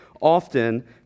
often